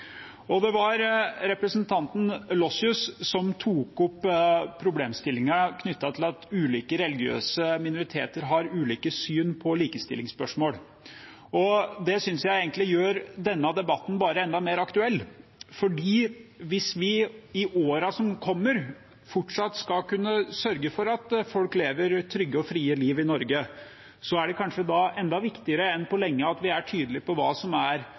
Stortinget. Det var representanten Lossius som tok opp problemstillingen knyttet til at ulike religiøse minoriteter har ulike syn på likestillingsspørsmål. Det synes jeg egentlig gjør denne debatten bare enda mer aktuell, for hvis vi i årene som kommer, fortsatt skal kunne sørge for at folk lever trygge og frie liv i Norge, er det kanskje enda viktigere enn på lenge at vi er tydelige på hva som er